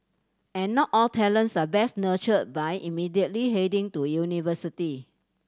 and not all talents are best nurtured by immediately heading to university